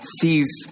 sees